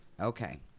Okay